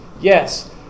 yes